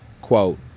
Quote